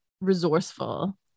resourceful